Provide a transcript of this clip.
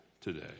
today